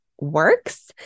works